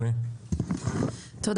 שלי, בבקשה.